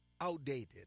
outdated